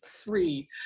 three